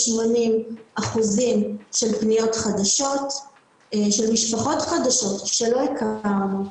יש לנו 70%-80% פניות חדשות של משפחות חדשות שלא הכרנו.